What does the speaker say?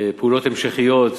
פעולות המשכיות,